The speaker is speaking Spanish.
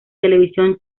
televisión